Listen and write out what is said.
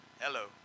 Hello